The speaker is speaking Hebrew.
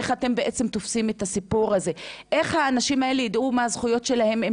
איך האנשים האלה ידעו מה הזכויות שלהם אם